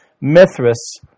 Mithras